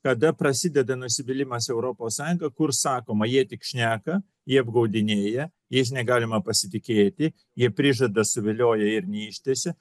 kada prasideda nusivylimas europos sąjunga kur sakoma jie tik šneka jie apgaudinėja jais negalima pasitikėti jie prižada suvilioja ir neištesi